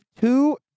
two